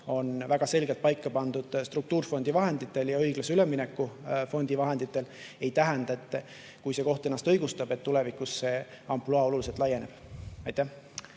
on väga selgelt paika pandud struktuurfondide ja õiglase ülemineku fondi vahenditele, ei tähenda, et kui see koht ennast õigustab, siis ei võiks tulevikus see ampluaa oluliselt laieneda. Aleksei